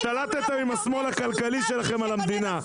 השתלטתם עם השמאל הכלכלי של המדינה.